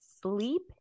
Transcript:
sleep